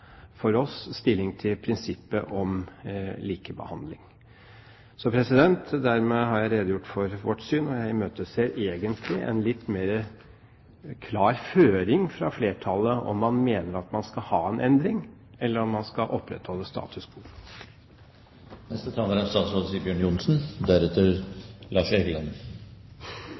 stilling til prinsippet om likebehandling. Så dermed har jeg redegjort for vårt syn, og jeg imøteser egentlig en litt klarere føring fra flertallet, om man mener at man skal ha en endring, eller om man skal opprettholde status quo. Jeg vil bruke noen ord på å si litt om momssystemet, og hva som er